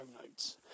notes